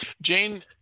Jane